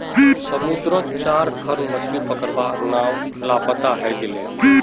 समुद्रत चार खन मछ्ली पकड़वार नाव लापता हई गेले